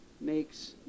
makes